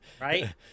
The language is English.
right